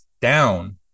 down